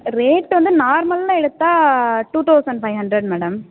rate வந்து நார்மல்ன்னு எடுத்தால் two thousand five hundred madam